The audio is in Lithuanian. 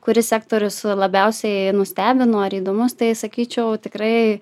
kuris sektorius labiausiai nustebino ar įdomus tai sakyčiau tikrai